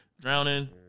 Drowning